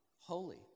holy